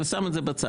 אבל אני שם את זה בצד.